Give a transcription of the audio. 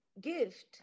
gift